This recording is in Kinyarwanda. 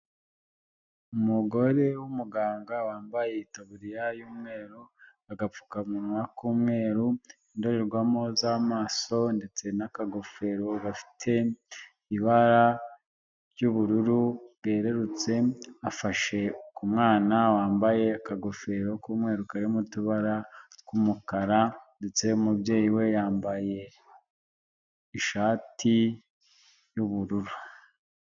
Umugore w'umuganga wambaye itaburiya y'umweru agapfukamunwa k'umweru indorerwamo z'amaso ndetse n'akagofero gafite ibara ry'ubururu bwerurutse, afashe ku mwana wambaye akagofero k'umweru karimo tubara tw'umukara ndetse umubyeyi we yambaye ishati y'ubururu.